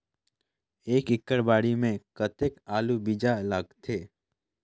एक एकड़ बाड़ी मे कतेक आलू बीजा लगथे?